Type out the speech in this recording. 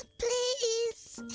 please!